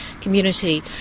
community